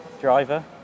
driver